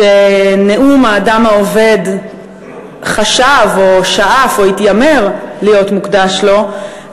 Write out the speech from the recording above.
שנאום "האדם העובד" חשב או שאף או התיימר להיות מוקדש לו,